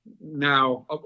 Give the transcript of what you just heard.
now